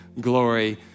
glory